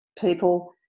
people